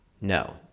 no